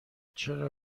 چرا